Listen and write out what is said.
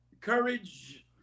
Courage